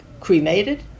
cremated